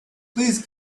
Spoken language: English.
please